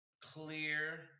clear